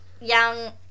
young